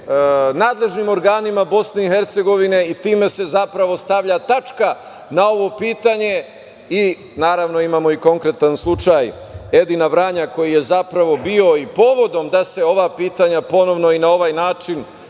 nadležnim organima BiH, i time se zapravo stavlja tačka na ovo pitanje. Naravno, imamo i konkretan slučaj Edina Vranja, koji je zapravo bio i povod da se ova pitanja ponovo i na ovaj način